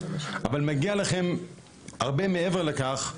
אבל מגיע לכם הרבה מעבר לכך,